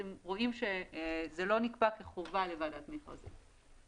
אתם רואים שזה לא נקבע כחובה לוועדת המכרזים.